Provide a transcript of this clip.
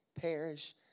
perish